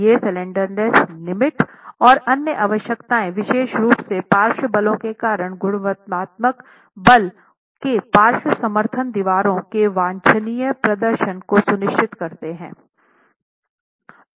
ये slenderness limit और अन्य आवश्यकताये विशेष रूप से पार्श्व बलों के कारण गुरुत्वाकर्षण बल के पार्श्व समर्थन दीवार के वांछनीय प्रदर्शन को सुनिश्चित करते हैं